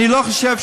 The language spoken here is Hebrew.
אני לא חושב,